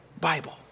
Bible